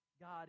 God